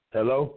Hello